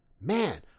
man